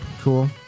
Cool